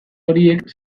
horiek